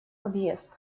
объезд